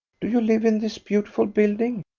do you live in this beautiful building?